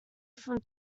from